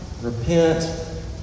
repent